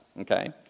okay